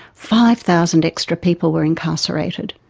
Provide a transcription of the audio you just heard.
five thousand extra people were incarcerated.